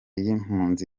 y’impunzi